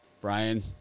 Brian